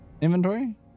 inventory